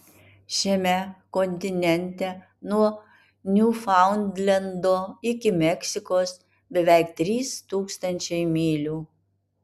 šiame kontinente nuo niūfaundlendo iki meksikos beveik trys tūkstančiai mylių